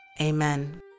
Amen